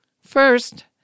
First